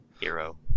Hero